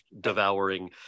devouring